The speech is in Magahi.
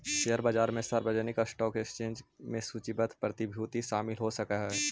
शेयर बाजार में सार्वजनिक स्टॉक एक्सचेंज में सूचीबद्ध प्रतिभूति शामिल हो सकऽ हइ